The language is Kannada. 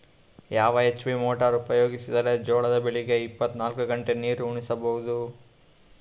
ಯಾವ ಎಚ್.ಪಿ ಮೊಟಾರ್ ಉಪಯೋಗಿಸಿದರ ಜೋಳ ಬೆಳಿಗ ಇಪ್ಪತ ನಾಲ್ಕು ಗಂಟೆ ನೀರಿ ಉಣಿಸ ಬಹುದು?